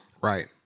Right